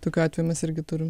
tokių atvejų mes irgi turim